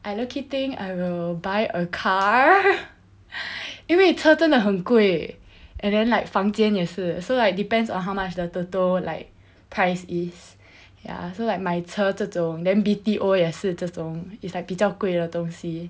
I low-key think I will buy a car 因为车真的很贵 and then like 房间也是 so like depends on how much the TOTO like prize is ya so like 买车这种 then B_T_O 也是这种 it's like 比较贵的东西